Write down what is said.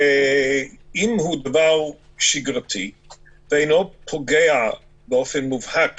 ואם הוא דבר שגרתי שאינו פוגע באופן מובהק